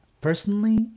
Personally